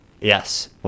Yes